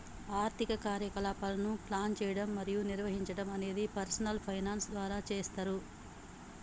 ఆర్థిక కార్యకలాపాలను ప్లాన్ చేయడం మరియు నిర్వహించడం అనేది పర్సనల్ ఫైనాన్స్ ద్వారా చేస్తరు